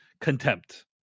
contempt